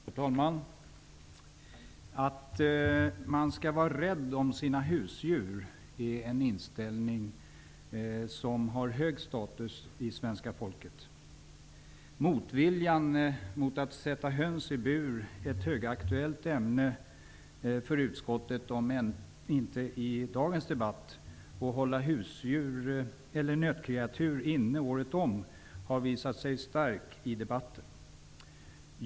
Herr talman! Att man skall vara rädd om sina husdjur är en inställning med hög status i det svenska folket. Motviljan mot att sätta höns i bur -- ett högaktuellt ämne för utskottet, om än inte i dagens debatt -- och mot att hålla nötkreatur inne året om har visat sig vara stark i debatten.